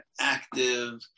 active